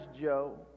Joe